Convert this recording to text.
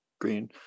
green